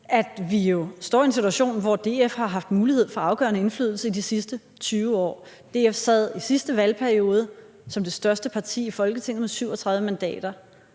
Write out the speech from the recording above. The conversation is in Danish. at vi jo står i en situation, hvor DF har haft mulighed for afgørende indflydelse i de sidste 20 år. DF sad i sidste valgperiode som det største parti i Folketinget med 37 mandater.